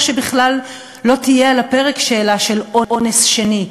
שבכלל לא תהיה על הפרק שאלה של אונס שני,